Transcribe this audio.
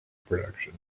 production